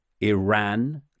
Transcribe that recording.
Iran